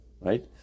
right